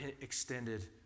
extended